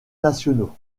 nationaux